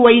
Y